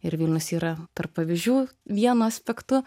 ir vilnius yra tarp pavyzdžių vienu aspektu